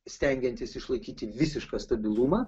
stengiantis išlaikyti visišką stabilumą